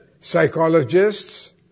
psychologists